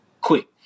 quick